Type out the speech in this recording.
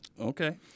Okay